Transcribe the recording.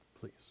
Please